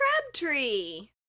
Crabtree